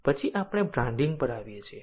પછી આપણે બ્રાન્ડિંગ પર આવીએ છીએ